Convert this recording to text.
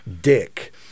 dick